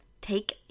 Take